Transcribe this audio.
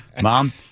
Mom